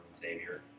Savior